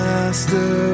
Master